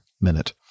minute